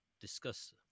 discuss